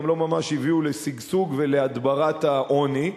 גם לא ממש הביאו לשגשוג ולהדברת העוני,